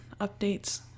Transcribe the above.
updates